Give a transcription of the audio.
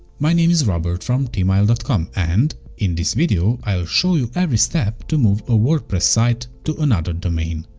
my name is robert from themeisle dot com and in this video, i'll show you every step to move a wordpress site to another domain,